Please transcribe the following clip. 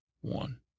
one